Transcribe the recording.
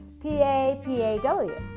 p-a-p-a-w